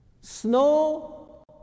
snow